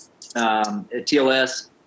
TLS